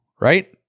Right